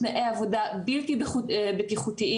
תנאי עבודה בלתי בטיחותיים,